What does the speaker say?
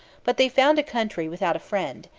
but they found a country without a friend,